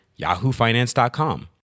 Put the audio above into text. yahoofinance.com